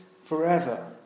forever